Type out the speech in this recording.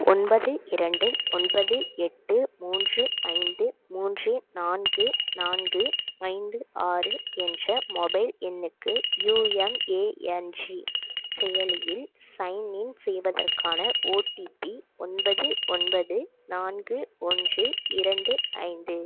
ஒன்பது இரண்டு ஒன்பது எட்டு மூன்று ஐந்து மூன்று நான்கு நான்கு ஐந்து ஆறு என்ற மொபைல் எண்ணுக்கு யுஎம்ஏஎன்ஜி செயலியில் சைன்இன் செய்வதற்கான ஒடிபி ஒன்பது ஒன்பது நான்கு ஒன்று இரண்டு ஐந்து